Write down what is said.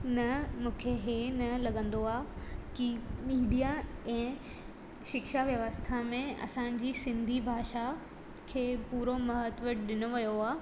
न मूंखे इहे न लॻंदो आहे की मीडिया ऐं शिक्षा व्यवस्था में असांजी सिंधी भाषा खे पूरो महत्व ॾिनो वियो आहे